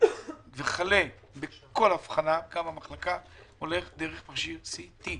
וכלה בכל אבחנה במחלקה, הכול הולך דרך מכשיר ה-CT.